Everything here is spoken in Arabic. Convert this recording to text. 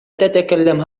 تتكلم